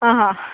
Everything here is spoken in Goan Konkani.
हां हां